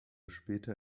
später